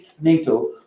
NATO